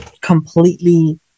completely